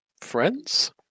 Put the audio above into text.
friends